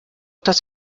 das